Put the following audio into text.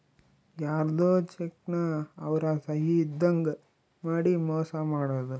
ಯಾರ್ಧೊ ಚೆಕ್ ನ ಅವ್ರ ಸಹಿ ಇದ್ದಂಗ್ ಮಾಡಿ ಮೋಸ ಮಾಡೋದು